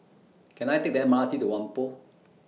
Can I Take The M R T to Whampoa